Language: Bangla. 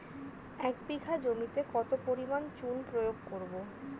এক বিঘা জমিতে কত পরিমাণ চুন প্রয়োগ করব?